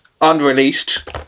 unreleased